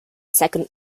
second